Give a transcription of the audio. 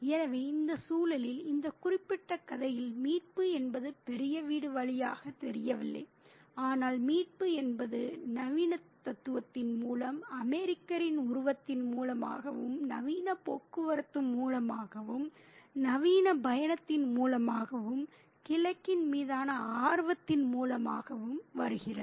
எனவே இந்த சூழலில் இந்த குறிப்பிட்ட கதையில் மீட்பு என்பது பெரிய வீடு வழியாகத் தெரியவில்லை ஆனால் மீட்பு என்பது நவீனத்துவத்தின் மூலம் அமெரிக்கரின் உருவத்தின் மூலமாகவும் நவீன போக்குவரத்து மூலமாகவும் நவீன பயணத்தின் மூலமாகவும் கிழக்கின் மீதான ஆர்வத்தின் மூலமாகவும் வருகிறது